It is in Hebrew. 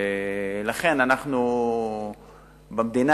ולכן אנחנו במדינה,